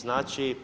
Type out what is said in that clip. Znači